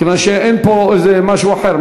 כיוון שאין פה איזה משהו אחר,